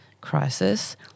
crisis